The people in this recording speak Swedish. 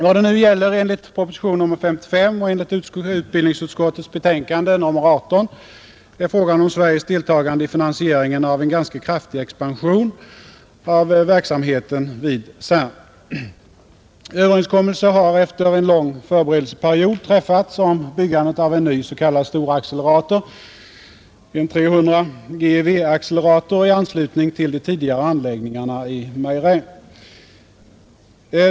Vad det nu gäller enligt proposition nr 55 och enligt utbildningsutskottets betänkande nr 18 är frågan om Sveriges deltagande i finansieringen av en ganska kraftig expansion av verksamheten vid CERN. Överenskommelse har efter en lång förberedelseperiod träffats om byggandet av en ny s.k. storaccelerator, en 300 GeV accelerator i anslutning till de tidigare anläggningarna i Meyrin.